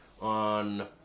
on